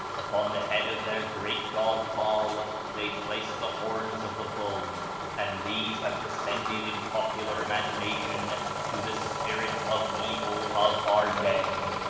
upon the head of their great god baal they placed the horns of the bull and these have descended in popular imagination to the spirit of evil of our day.